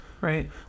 Right